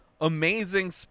Amazing